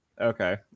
Okay